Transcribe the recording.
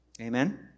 Amen